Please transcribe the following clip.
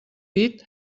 pit